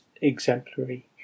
exemplary